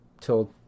till